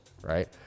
right